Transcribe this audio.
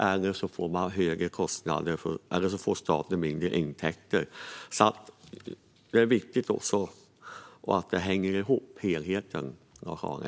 Det är alltså viktigt att helheten hänger ihop, Lars-Arne Staxäng.